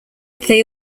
they